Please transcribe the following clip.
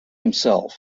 himself